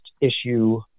issue